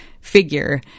figure